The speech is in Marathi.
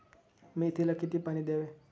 मेथीला किती पाणी द्यावे?